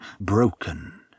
broken